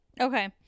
okay